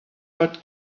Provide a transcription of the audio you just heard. old